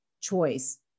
choice